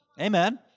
Amen